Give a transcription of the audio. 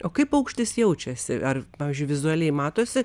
o kaip paukštis jaučiasi ar pavyzdžiui vizualiai matosi